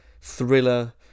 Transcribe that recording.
thriller